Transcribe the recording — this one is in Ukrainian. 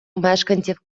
мешканців